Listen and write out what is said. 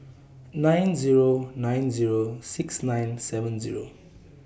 nine Zero nine Zero six nine seven Zero